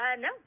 No